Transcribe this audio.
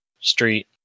street